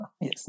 Yes